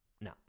No